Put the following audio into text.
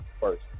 first